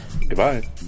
Goodbye